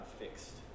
fixed